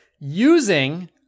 using